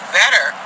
better